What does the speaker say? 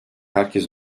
herkes